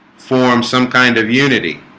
form some kind of unity